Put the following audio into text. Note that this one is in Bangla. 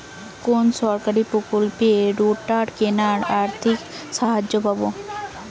কোন সরকারী প্রকল্পে রোটার কেনার আর্থিক সাহায্য পাব?